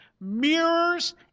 mirrors